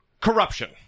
Corruption